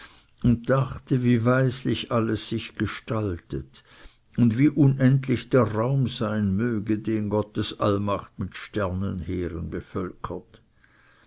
und dachte wie weislich alles sich gestaltet und wie unendlich der raum sein möge den gottes allmacht mit sternenheeren bevölkert